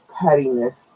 pettiness